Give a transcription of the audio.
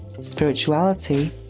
spirituality